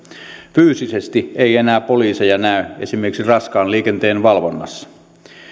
fyysisesti ei enää poliiseja näe esimerkiksi raskaan liikenteen valvonnassa